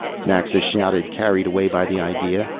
naxa shouted, carried away by the idea.